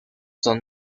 son